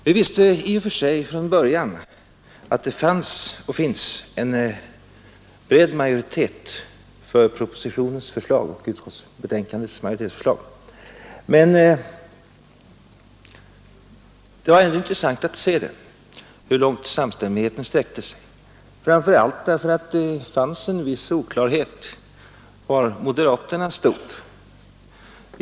Vi visste i och för sig från början att det fanns och finns en bred majoritet för propositionens förslag och för utskottsbetänkandets majoritetsförslag. Men det var ändå intressant att se hur långt samstämmigheten sträckte sig, framför allt därför att det fanns en viss oklarhet om var moderaterna stod.